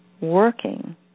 working